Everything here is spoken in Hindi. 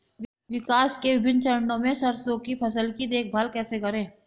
विकास के विभिन्न चरणों में सरसों की फसल की देखभाल कैसे करें?